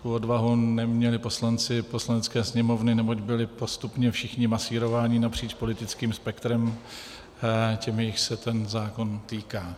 Tu odvahu neměli poslanci Poslanecké sněmovny, neboť byli postupně všichni masírováni napříč politických spektrem těmi, jichž se ten zákon týká.